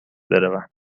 بروم